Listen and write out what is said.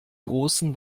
großen